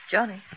Johnny